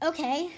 Okay